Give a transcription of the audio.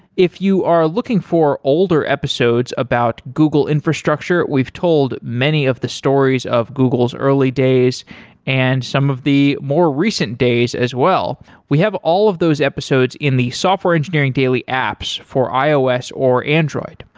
if you are looking for older episodes about google infrastructure, we've told many of the stories of google's early days and some of the more recent days as well. we have all of those episodes in the software engineering daily apps for ios or android.